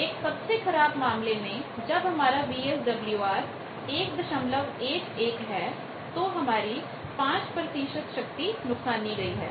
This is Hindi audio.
एक सबसे खराब मामले में जब हमारा VSWR 111 है तो हमारी 5 शक्ति नुकसानी गई है